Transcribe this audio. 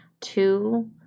two